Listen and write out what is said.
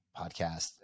podcast